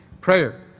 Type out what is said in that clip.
prayer